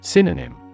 Synonym